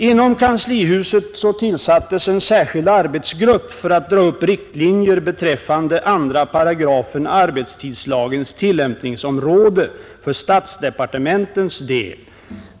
Inom kanslihuset tillsattes en särskild arbetsgrupp för att dra upp riktlinjer beträffande tillämpningsområdet för statsdepartementens del av 2 § arbetstidslagen.